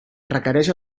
requereix